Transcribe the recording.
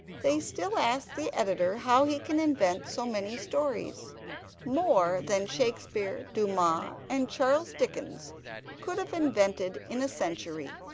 they still ask the editor how he can invent so many stories more than shakespeare, dumas, and charles dickens could have invented in a century.